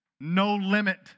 no-limit